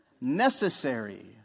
Necessary